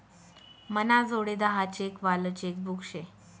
मनाजोडे दहा चेक वालं चेकबुक शे